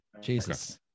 jesus